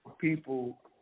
people